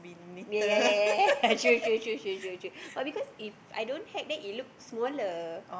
yea yea yea yea true true true true true true but because If I don't hack then it looks smaller